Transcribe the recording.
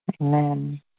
Amen